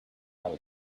how